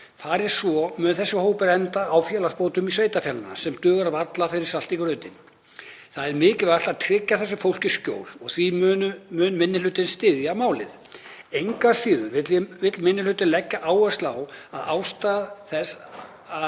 Fari svo mun þessi hópur enda á félagsbótum sveitarfélaga sem duga varla fyrir salti í grautinn. Það er mikilvægt að tryggja þessu fólki skjól og því mun minni hlutinn styðja málið. Engu að síður vill minni hlutinn leggja áherslu á að ástæða þess að